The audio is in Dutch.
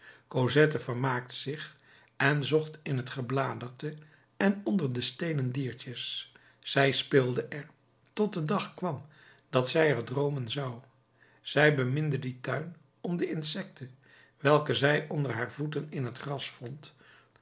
cosette vermaakte zich en zocht in het gebladerte en onder de steenen diertjes zij speelde er tot de dag kwam dat zij er droomen zou zij beminde dien tuin om de insecten welke zij onder haar voeten in het gras vond